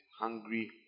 hungry